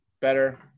better